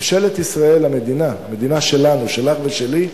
ממשלת ישראל, המדינה, המדינה שלנו, שלך ושלי,